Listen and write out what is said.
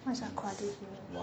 what's aquatic heroes